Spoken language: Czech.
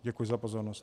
Děkuji za pozornost.